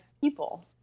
people